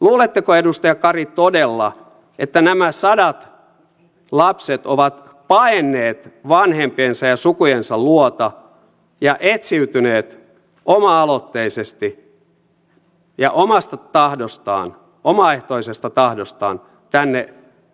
luuletteko edustaja kari todella että nämä sadat lapset ovat paenneet vanhempiensa ja sukujensa luota ja etsiytyneet oma aloitteisesti ja omasta tahdostaan omaehtoisesta tahdostaan tänne